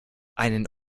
einen